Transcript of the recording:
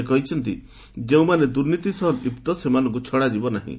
ସେ କହିଛନ୍ତିଯେଉଁମାନେ ଦୁର୍ନୀତି ସହ ଲିପ୍ତ ସେମାନଙ୍କୁ ଛଡ଼ାଯିବ ନାହିଁ